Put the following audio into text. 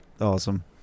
awesome